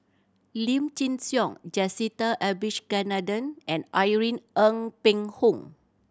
Lim Chin Siong Jacintha Abisheganaden and Irene Ng Phek Hoong